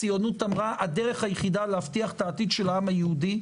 הציונות אמרה הדרך היחידה להבטיח את העתיד של העם היהודי,